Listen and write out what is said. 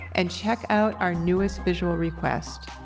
and check out our newest visual request.